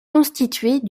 constituée